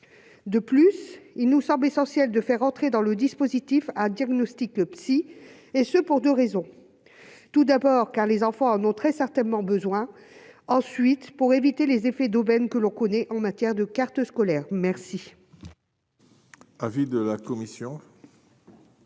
de plus, il nous semble essentiel de faire entrer dans le dispositif, un diagnostic le psy et ce pour 2 raisons : tout d'abord car les enfants en ont très certainement besoin ensuite pour éviter les effets d'aubaine que l'on connaît en matière de carte scolaire merci.